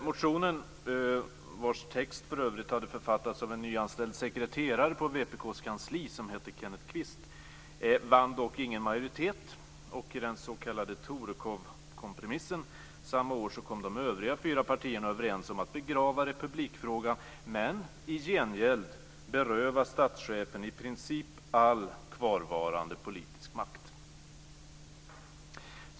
Motionen, vars text för övrigt hade författats av en nyanställd sekreterare på vpk:s kansli som hette Kenneth Kvist, vann dock ingen majoritet, och i den s.k. Torekovkompromissen samma år kom de övriga fyra partierna överens om att begrava republikfrågan men i gengäld beröva statschefen i princip all kvarvarande politisk makt.